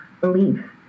belief